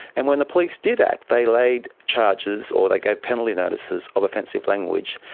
and when the police did act they laid charges or they gave penalty notices of offensive language,